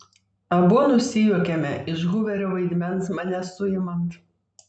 abu nusijuokiame iš huverio vaidmens mane suimant